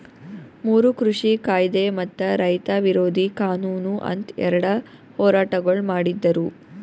ಮೂರು ಕೃಷಿ ಕಾಯ್ದೆ ಮತ್ತ ರೈತ ವಿರೋಧಿ ಕಾನೂನು ಅಂತ್ ಎರಡ ಹೋರಾಟಗೊಳ್ ಮಾಡಿದ್ದರು